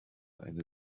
eine